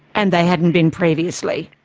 and they hadn't been previously?